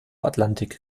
atlantik